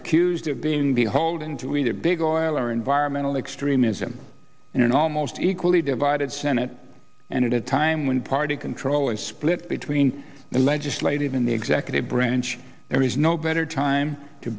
accused of being beholden to either big oil or environmental extremism in an almost equally divided senate and a time when party control is split between the legislative in the executive branch there is no better time to